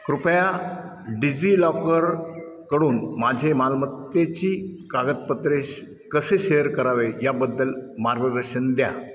कृपया डिझिलॉकरकडून माझे मालमत्तेची कागदपत्रे कसे शेअर करावे याबद्दल मार्गदर्शन द्या